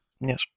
Yes